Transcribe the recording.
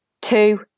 two